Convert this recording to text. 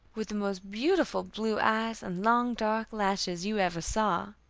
with the most beautiful blue eyes, and long, dark lashes you ever saw.